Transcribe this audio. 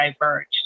diverged